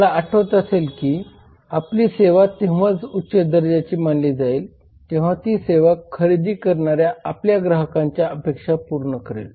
तुम्हाला आठवत असेल की आपली सेवा तेव्हाच उच्च दर्जाची मानली जाईल जेव्हा ती सेवा खरेदी करणाऱ्या आपल्या ग्राहकांच्या अपेक्षा पूर्ण करेल